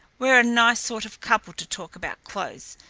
we're a nice sort of couple to talk about clothes.